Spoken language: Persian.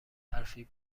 حرفی